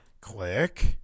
Click